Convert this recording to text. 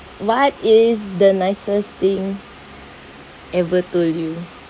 what is the nicest thing ever to you